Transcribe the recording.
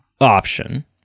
option